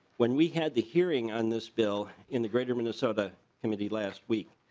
when we had the hearing on this bill in the greater minnesota committee last week.